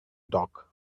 dock